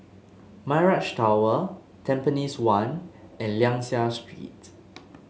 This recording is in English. Mirage Tower Tampines One and Liang Seah Street